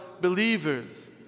believers